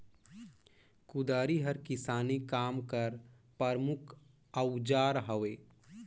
कुदारी हर किसानी काम कर परमुख अउजार हवे